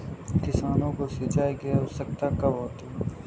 किसानों को सिंचाई की आवश्यकता कब होती है?